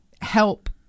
help